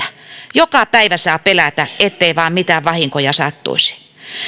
joka päivä saa pelätä ettei vain mitään vahinkoja sattuisi